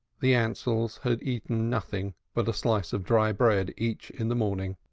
the ansells had eaten nothing but a slice of dry bread each in the morning.